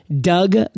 Doug